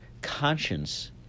conscience